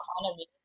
economy